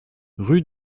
rue